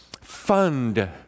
fund